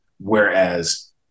Whereas